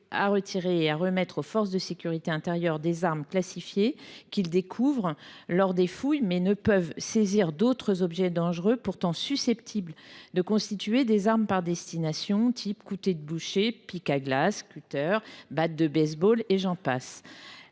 à retirer et remettre aux forces de sécurité intérieure des armes classifiées qu’ils découvrent lors des fouilles, mais ne peuvent saisir d’autres objets dangereux pourtant susceptibles de constituer des armes par destination, tels que couteaux de boucher, pics à glace, cutters, battes de baseball et j’en passe…